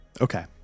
Okay